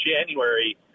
January